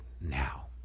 now